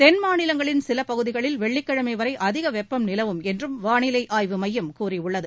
தென் மாநிலங்களின் சில பகுதிகளில் வெள்ளிக்கிழமை வரை அதிக வெப்பம் நிலவும் என்றும் வானிலை ஆய்வு மையம் கூறியுள்ளது